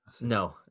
No